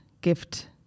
gift